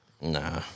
Nah